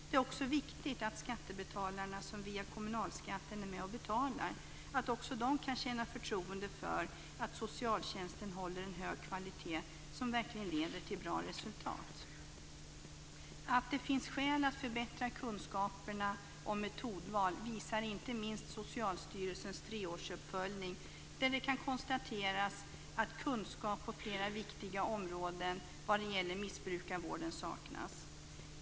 Det är också viktigt för skattebetalarna som via kommunalskatten är med och betalar att känna förtroende för att socialtjänsten håller en hög kvalitet, som verkligen leder till bra resultat. Att det finns skäl att förbättra kunskaperna om metodval visar inte minst Socialstyrelsens treårsuppföljning, där det konstateras att det på flera viktiga områden vad gäller missbrukarvård saknas kunskap.